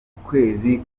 ukwezi